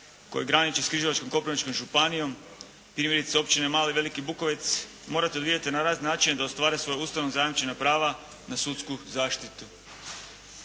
koja graniči s Križevačko-koprivničkom županijom, primjerice općine Mali i Veliki Bukovec morati odvijati na način da ostvare svoja Ustavom zajamčena prava na sudsku zaštitu.